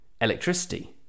electricity